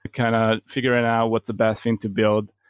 kind of figuring out what's the best thing to build.